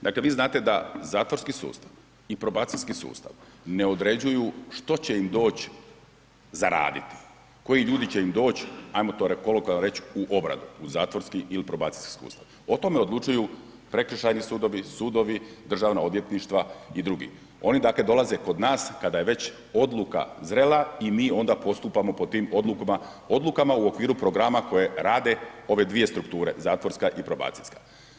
Dakle vi znate da zatvorski sustav i probacijski sustav ne određuju što će im doć za raditi, koji ljudi će im doć, ajmo to kolokvijalno reć u obranu u zatvorski ili probacijski sustav, o tome odlučuju prekršajni sudovi, sudovi, državna odvjetništva i drugi, oni dolaze kod nas kada je već odluka zrela i mi onda postupamo po tim odlukama u okviru programa koje rade ove dvije strukture zatvorska i probacijska.